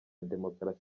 demokarasi